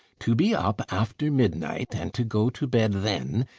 to be up after midnight, and to go to bed then,